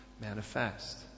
manifest